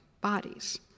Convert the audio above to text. bodies